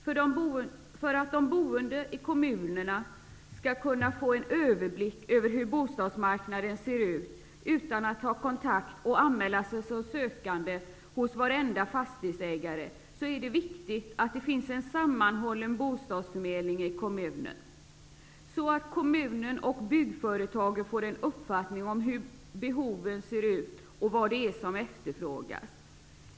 För att de boende i kommunerna skall kunna få en överblick över hur bostadsmarknaden ser ut utan att ta kontakt och anmäla sig som sökande hos varenda fastighetsägare, är det viktigt att det finns en sammanhållen bostadsförmedling i kommunen. Då kan kommunen och byggföretagen få en uppfattning om hur behoven ser ut och vad som efterfrågas.